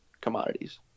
commodities